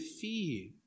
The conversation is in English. fear